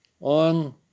on